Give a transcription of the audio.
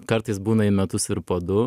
kartais būna į metus ir po du